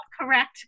correct